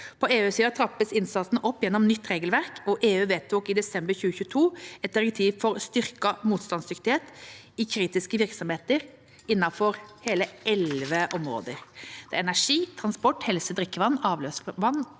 På EU-sida trappes innsatsen opp gjennom nytt regelverk. EU vedtok i desember 2022 et direktiv for styrket motstandsdyktighet i kritiske virksomheter innen hele elleve områder: energi, transport, helse, drikkevann, avløpsvann,